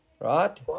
Right